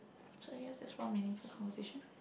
so yes just one minute for conversation